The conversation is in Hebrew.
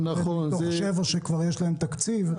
מתוך שבע שכבר יש להן תקציב.